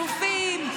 אלופים,